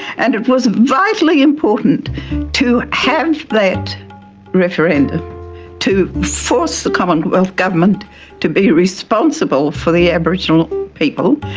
and it was vitally important to have that referendum to force the commonwealth government to be responsible for the aboriginal people,